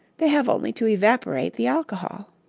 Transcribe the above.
they have only to evaporate the alcohol.